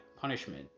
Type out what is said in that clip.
punishment